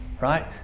right